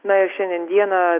na ir šiandien dieną